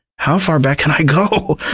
how far back can i go?